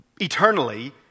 eternally